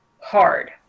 hard